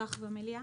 בנוסח במליאה?